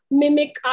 mimic